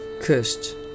cursed